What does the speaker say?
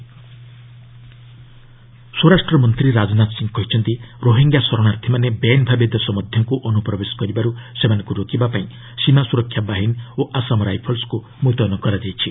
HM Rohingya ସ୍ୱରାଷ୍ଟ୍ରମନ୍ତ୍ରୀ ରାଜନାଥ ସିଂ କହିଛନ୍ତି ରୋହିଙ୍ଗ୍ୟା ଶରଣାର୍ଥୀମାନେ ବେଆଇନ ଭାବେ ଦେଶମଧ୍ୟକୁ ଅନୁପ୍ରବେଶ କରିବାରୁ ସେମାନଙ୍କୁ ରୋକିବା ପାଇଁ ସୀମା ସୁରକ୍ଷା ବାହିନୀ ଓ ଆସାମ ରାଇଫଲ୍ସକୁ ମୁତୟନ କରାଯାଇଛି